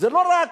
זה לא רק,